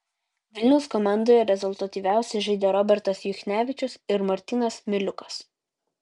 vilniaus komandoje rezultatyviausiai žaidė robertas juchnevičius ir martynas miliukas